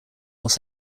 los